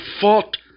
fought